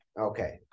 Okay